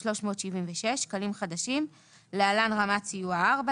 342,376 שקלים חדשים (להלן רמת סיוע 4),